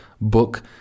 book